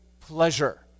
pleasure